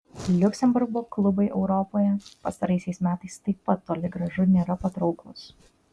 liuksemburgo klubai europoje pastaraisiais metais taip pat toli gražu nėra patrauklūs